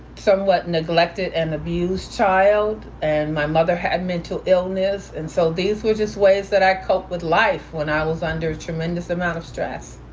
somewhat neglected and abused child and my mother had mental illness. and so these were just ways that i coped with life when i was under a tremendous amount of stress.